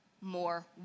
more